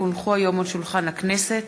כי הונחו היום על שולחן הכנסת,